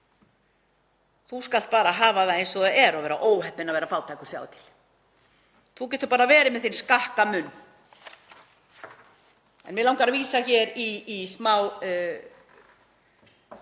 þú skalt bara hafa það eins og það er og vera óheppinn að vera fátækur, sjáðu til. Þú getur bara verið með þinn skakka munn. Mig langar að vísa hér í 1.